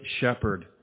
shepherd